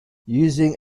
using